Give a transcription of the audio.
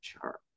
chart